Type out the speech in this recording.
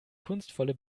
kunstvolle